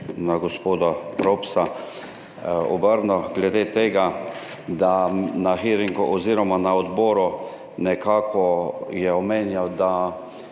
na gospoda Propsa obrnil glede tega, da na hearingu oz. na odboru nekako je omenjal, da